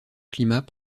climat